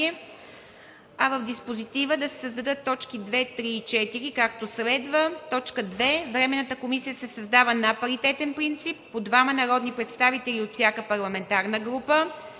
а в диспозитива да се създадат т. 2, 3 и 4, както следва: „2. Временната комисия се създава на паритетен принцип – по двама народни представители от всяка парламентарна група.